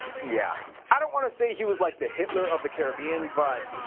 yeah. i don't wanna say he was like the hitler of the caribbean, but,